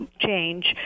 change